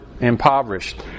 impoverished